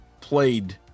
played